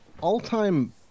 all-time